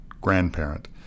grandparent